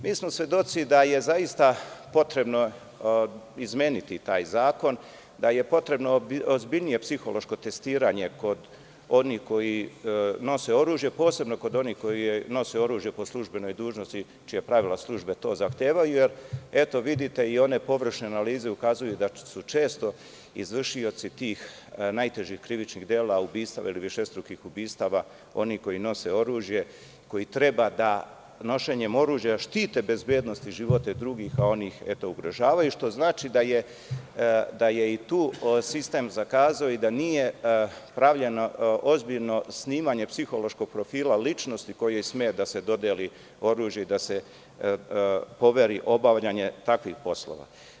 Mi smo svedoci da je zaista potrebno izmeniti taj zakon, da je potrebno ozbiljnije psihološko testiranje kod onih koji nose oružje, posebno kod onih koji nose oružje po službenoj dužnosti, čija pravila službe to zahtevaju, jer eto vidite, i one površne analize ukazuju da su često izvršioci tih najtežih krivičnih dela, ubistva ili višestrukih ubistava, oni koji nose oružje, koji treba da nošenjem oružja štite bezbednost i živote drugih, a oni ih eto ugrožavaju, što znači da je i tu sistem zakazao i da nije pravljeno ozbiljno snimanje psihološkog profila ličnosti kojem sme da se dodeli oružje i da se poveri obavljanje takvih poslova.